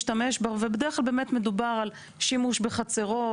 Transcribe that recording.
בדרך כלל באמת מדובר על שימוש בחצרות,